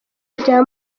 rya